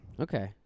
Okay